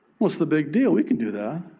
what's the big deal? we could do that.